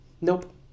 Nope